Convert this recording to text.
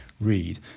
read